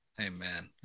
Amen